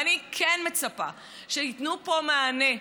ואני כן מצפה שייתנו פה מענה.